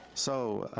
so,